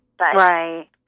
right